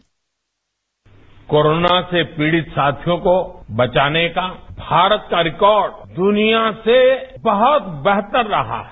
bite corona से पीडित साथियों को बचाने का भारत का रिकॉर्ड दुनिया से बहुत बेहतर रहा है